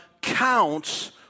counts